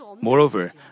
Moreover